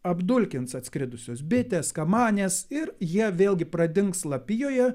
apdulkins atskridusios bitės kamanės ir jie vėlgi pradings lapijoje